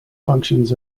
functions